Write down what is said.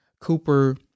Cooper